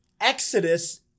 Exodus